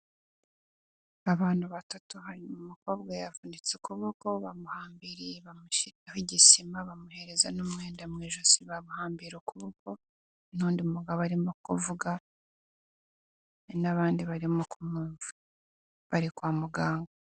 Abantu batatu hanyuma umukobwa yavunitse ukuboko, bamuhambiriye bamushyiriraho igisima, bamuhereza n'umwenda mu ijosi, bamuhambira ukuboko, n'undi mugabo arimo kuvuga n'abandi barimo kumwumva. Bari kwa muganga.